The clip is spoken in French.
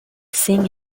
cygnes